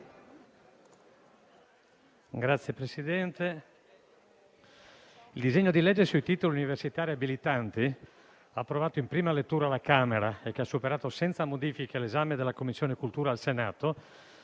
Signor Presidente, il disegno di legge sui titoli universitari abilitanti, approvato in prima lettura alla Camera e che ha superato senza modifiche l'esame della Commissione istruzione al Senato,